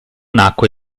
nacque